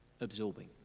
absorbing